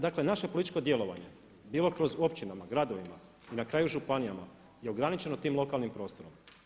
Dakle, naše političko djelovanje, bilo kroz općinama, gradovima i na kraju županijama je ograničeno tim lokalnim prostorom.